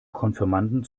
konfirmanden